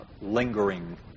lingering